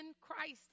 Christ